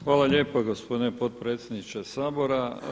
Hvala lijepa gospodine potpredsjedniče Sabora.